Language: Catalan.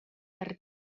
per